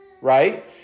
Right